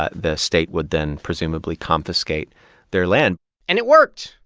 ah the state would then presumably confiscate their land and it worked.